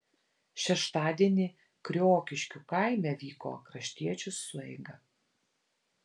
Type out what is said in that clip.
šeštadienį kriokiškių kaime vyko kraštiečių sueiga